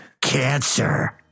cancer